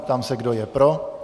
Ptám se, kdo je pro.